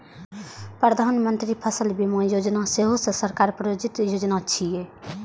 प्रधानमंत्री फसल बीमा योजना सेहो सरकार प्रायोजित योजना छियै